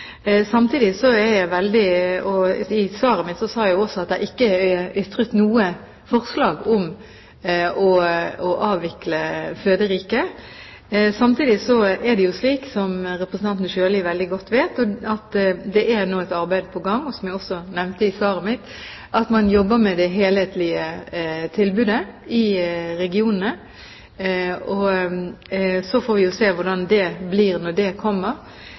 I svaret mitt sa jeg også at det ikke er ytret noe forslag om å avvikle Føderiket. Samtidig er det slik, som representanten Sjøli veldig godt vet, at det nå er et arbeid på gang, som jeg også nevnte i svaret mitt. Man jobber med det helhetlige tilbudet i regionene, og så får vi jo se hvordan det blir når det kommer.